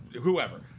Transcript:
whoever